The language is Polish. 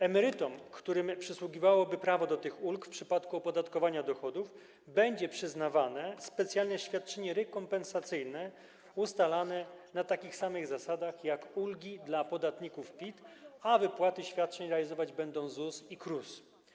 Emerytom, którym przysługiwałoby prawo do tych ulg w przypadku opodatkowania dochodów, będzie przyznawane specjalne świadczenie rekompensacyjne ustalane na takich samych zasadach, jak ulgi dla podatników PIT, a wypłaty świadczeń realizować będą ZUS i KRUS.